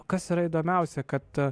kas yra įdomiausia kad